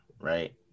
right